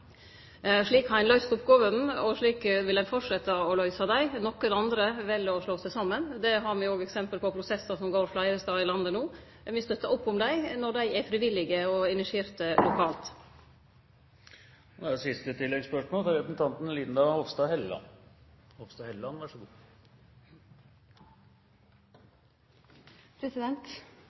Slik har ein løyst oppgåvene, og slik vil dei halde fram med å løyse dei. Nokre andre vel å slå seg saman, me har òg eksempel på prosessar som går fleire stader i landet no. Me støttar opp om dei, når dei er frivillige og lokalt